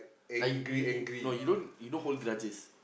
I you you no you don't you don't hold grudges